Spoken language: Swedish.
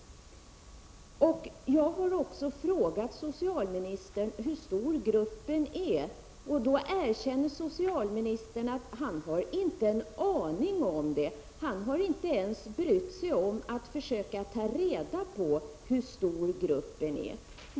Jag har även frågat socialministern hur stor gruppen är. Socialministern erkände då att han inte har en aning om det. Han har inte ens brytt sig om att försöka ta reda på hur stor gruppen är.